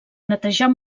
netejar